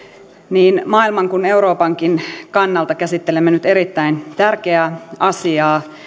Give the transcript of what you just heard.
niin maailman kuin euroopankin kannalta käsittelemme nyt erittäin tärkeää asiaa